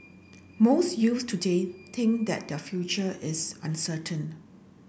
most youths today think that their future is uncertain